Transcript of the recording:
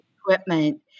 equipment